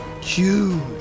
huge